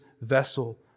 vessel